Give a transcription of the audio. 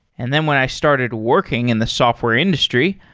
and then when i started working in the software industry,